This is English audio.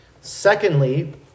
Secondly